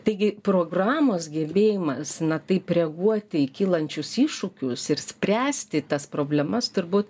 taigi programos gebėjimas na taip reaguoti į kylančius iššūkius ir spręsti tas problemas turbūt